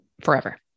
forever